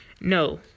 no